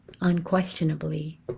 unquestionably